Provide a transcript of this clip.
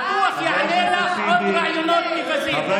בטוח יעלו לך עוד רעיונות מבזים.